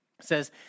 says